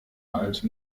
alt